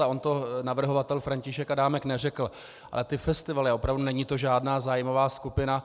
A on to navrhovatel František Adámek neřekl, ale ty festivaly, opravdu není to žádná zájmová skupina.